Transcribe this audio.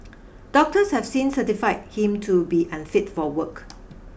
doctors have since certified him to be unfit for work